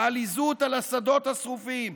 העליזות על השדות השרופים,